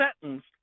sentenced